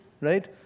right